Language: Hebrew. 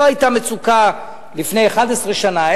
לא היתה מצוקה לפני 11 שנה,